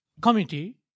Committee